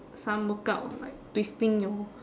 some workout like twisting your